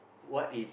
what is